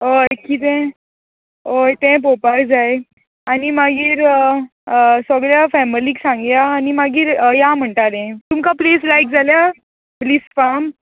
वोय कितें वोय तें पोवपाक जाय आनी मागीर सोगल्या फेमिलीक सांगया आनी मागीर या म्हणटाले तुमका प्लेस लायक जाल्या ब्लीस फार्म